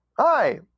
hi